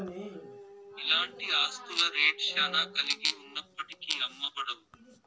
ఇలాంటి ఆస్తుల రేట్ శ్యానా కలిగి ఉన్నప్పటికీ అమ్మబడవు